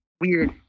weird